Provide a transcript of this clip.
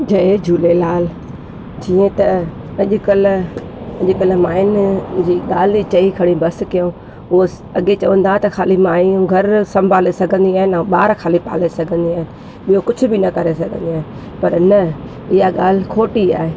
जय झूलेलाल जीअं त अॼु कल्ह अॼु कल्ह माइयुनि जी ॻाल्हि चई खणी बसि कयो उहे अॻे चवंदा त खाली माइयूं घर संभाले सघंदियूं आहिनि ऐं ॿार खाली पाले सघंदियूं आहिनि ॿियो कु बिझु न करे सघंदियूं आहिनि पर न इहा ॻाल्हि खोटी आहे